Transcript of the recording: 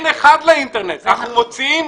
אנחנו מוציאים